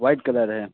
white colour है